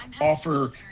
offer